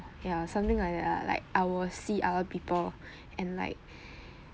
ya something like that lah like like I will see other people and like